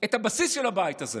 את הבסיס של הבית הזה